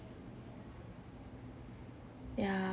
yeah